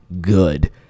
good